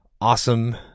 awesome